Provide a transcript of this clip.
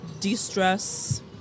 de-stress